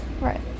right